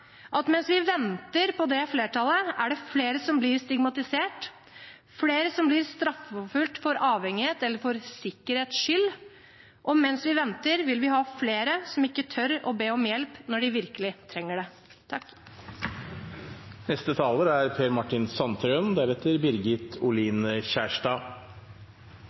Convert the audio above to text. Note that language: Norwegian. at mens vi venter på det flertallet, er det flere som blir stigmatisert, flere som blir straffeforfulgt for avhengighet, eller for sikkerhets skyld. Og mens vi venter, vil vi ha flere som ikke tør å be om hjelp når de virkelig trenger det.